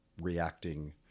reacting